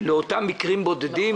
לאותם מקרים בודדים,